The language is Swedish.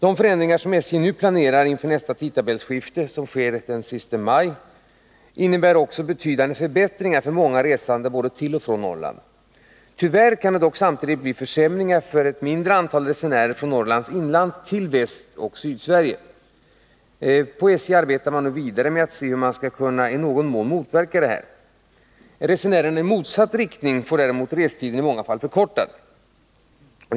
De förändringar som SJ nu planerar inför nästa tidtabellsskifte, som sker den sista maj 1981, innebär också betydande förbättringar för många resande både till och från Norrland. Tyvärr kan det dock samtidigt bli försämringar för ett mindre antal resenärer från Norrlands inland till Västoch Sydsverige. På SJ arbetar man nu vidare med att se hur man i någon mån skall kunna motverka detta. Resenärerna i motsatt riktning får däremot restiden i många fall förkortad.